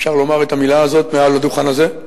אפשר לומר את המלה הזאת מעל הדוכן הזה?